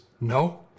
No